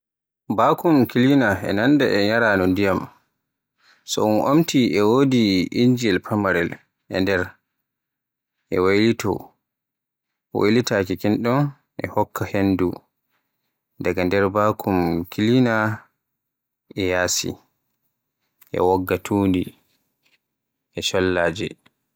Vacuum cleaner e nanda ba nyaraano ndiyam. So un omti e wodi injiyel famarel e nder e waylito. Waylitaaki kin ɗon e hokka hendu daga nder vacuum cleaner to yaasi. E wogga tundi e chollaaje.